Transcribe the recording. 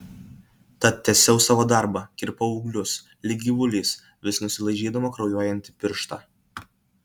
tad tęsiau savo darbą kirpau ūglius lyg gyvulys vis nusilaižydama kraujuojantį pirštą